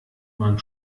man